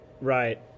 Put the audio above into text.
right